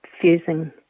fusing